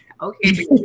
Okay